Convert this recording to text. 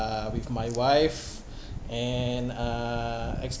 with my wife and uh